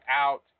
out